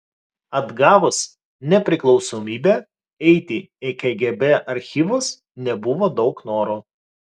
atgavus nepriklausomybę eiti į kgb archyvus nebuvo daug noro